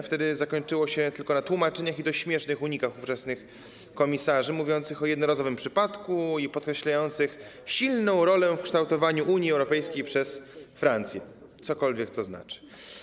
Wtedy zakończyło się tylko na tłumaczeniach i dość śmiesznych unikach ówczesnych komisarzy, mówiących o jednorazowym przypadku i podkreślających silną rolę w kształtowaniu Unii Europejskiej przez Francję, cokolwiek to znaczy.